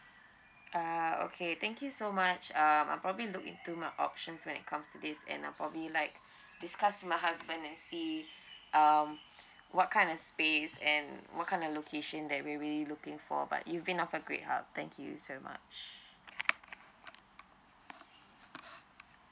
ah okay thank you so much um I'll probably look into my options when it comes to this and uh probably like discuss with my husband and see um what kind of space and what kind of location that we we looking for but you've been offered a great help thank you so much